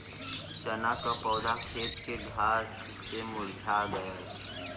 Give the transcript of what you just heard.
चन्ना क पौधा खेत के घास से मुरझा गयल